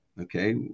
Okay